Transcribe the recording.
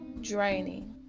draining